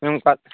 మేము పక్